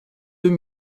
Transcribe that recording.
deux